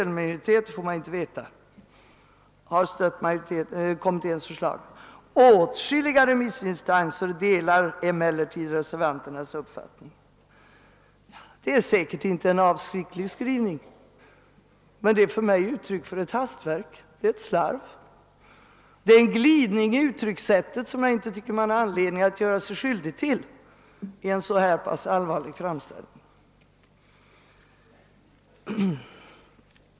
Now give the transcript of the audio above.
Hur många det är, en majoritet eller en minoritet, får man inte veta. Åtskilliga remissinstanser delar emellertid reservanternas uppfattning. Skrivningen är säkert inte avsiktlig, men den är enligt min mening ctt hastverk, ett slarv. Det är en glidning i uttryckssättet som jag inte tycker man skall göra sig skyldig till i en så pass allvarlig framställning.